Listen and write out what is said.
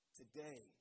today